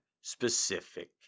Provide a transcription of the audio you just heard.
specific